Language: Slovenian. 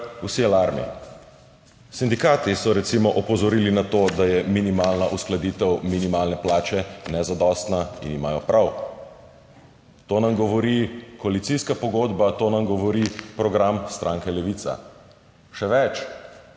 vsi alarmi. Sindikati so recimo opozorili na to, da je minimalna uskladitev minimalne plače nezadostna, in imajo prav. To nam govori koalicijska pogodba, to nam govori program stranke Levica. Še več,